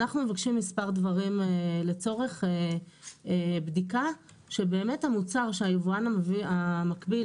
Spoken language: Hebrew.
ואנחנו מבקשים מספר דברים לצורך בדיקה שבאמת המוצר שהיבואן המקביל